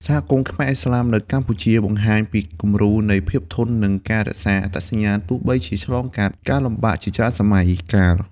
សហគមន៍ខ្មែរឥស្លាមនៅកម្ពុជា បង្ហាញពីគំរូនៃភាពធន់ និងការរក្សាអត្តសញ្ញាណ ទោះបីជាឆ្លងកាត់ការលំបាកជាច្រើនសម័យកាល។